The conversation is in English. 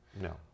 no